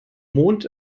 mond